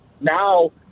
Now